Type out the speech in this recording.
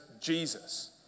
Jesus